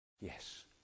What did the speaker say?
yes